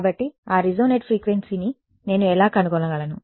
కాబట్టి ఆ రెసోనేట్ ఫ్రీక్వెన్సీని నేను ఎలా కనుగొనగలను